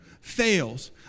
fails